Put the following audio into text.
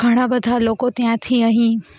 ઘણાં બધા લોકો ત્યાંથી અહીં